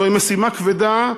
זוהי משימה כבדה,